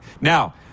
Now